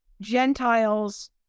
Gentiles